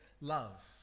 love